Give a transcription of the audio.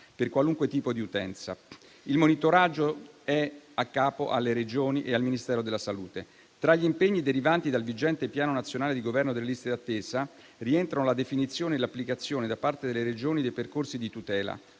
per qualunque tipo di utenza. Il monitoraggio è in capo alle Regioni e al Ministero della salute. Tra gli impegni derivanti dal vigente Piano nazionale di governo delle liste d'attesa, rientrano la definizione e l'applicazione da parte delle Regioni dei percorsi di tutela,